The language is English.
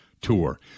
Tour